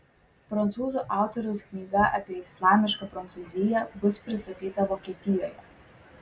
prancūzų autoriaus knyga apie islamišką prancūziją bus pristatyta vokietijoje